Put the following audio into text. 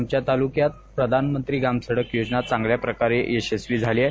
आमच्या तालुक्यात प्रधानमंत्री ग्रामसडक योजना चांगल्या प्रकारे यशस्वी झालेली आहे